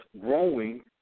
growing